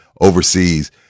overseas